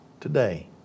today